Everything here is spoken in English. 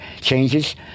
changes